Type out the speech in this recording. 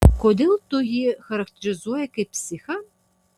kodėl tu jį charakterizuoji kaip psichą